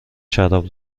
شراب